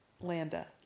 Landa